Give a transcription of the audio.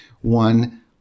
One